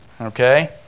Okay